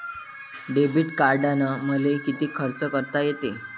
Debit कार्डानं मले किती खर्च करता येते?